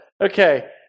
Okay